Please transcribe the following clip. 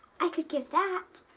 i could give that.